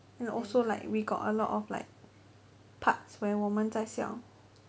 and also like we got a lot of like parts where 我们在笑